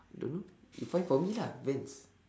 don't know you find for me lah Vans